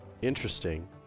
interesting